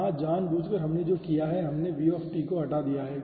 यहाँ जानबूझकर हमने जो किया है हमने v को हटा दिया है